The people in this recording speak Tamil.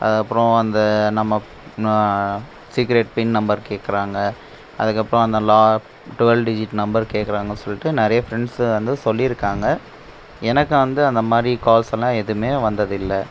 அப்பறம் அந்த நம்ம சீக்ரெட் பின் நம்பர் கேக்கிறாங்க அதுக்கப்புறம் அந்த டுவல் டிஜிட் நம்பர் கேக்கிறாங்க சொல்லிட்டு நிறைய ஃப்ரெண்ஸ் வந்து சொல்லியிருக்காங்க எனக்கு வந்து அந்தமாதிரி கால்ஸல்லாம் எதுவுமே வந்ததில்லை